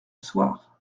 soir